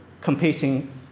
competing